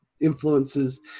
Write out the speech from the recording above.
influences